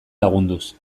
lagunduz